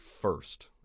first